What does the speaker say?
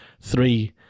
three